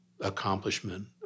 accomplishment